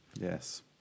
yes